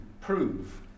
prove